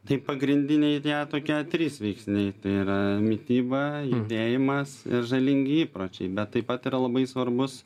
tai pagrindinė idėja tokia trys veiksniai tai yra mityba judėjimas ir žalingi įpročiai bet taip pat yra labai svarbus